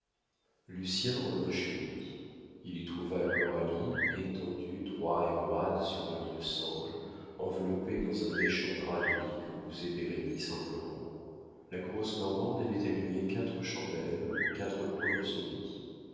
lucien revint chez lui il y trouva coralie étendue droit et roide sur un lit de sangle enveloppée dans un méchant drap de lit que cousait bérénice en pleurant la grosse normande avait allumé quatre chandelles aux quatre coins de ce lit